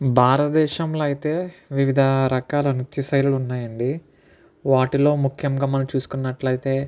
భారతదేశంలో అయితే వివిధ రకాలు నృత్య శైలులు ఉన్నాయి అండి వాటిలో ముఖ్యంగా మనం చూసుకున్నట్లయితే